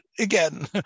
again